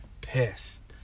pissed